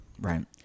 right